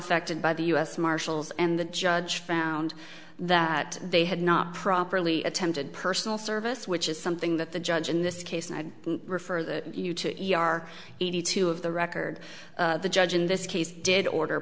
affected by the u s marshals and the judge found that they had not properly attempted personal service which is something that the judge in this case and i refer you to e r eighty two of the record the judge in this case did order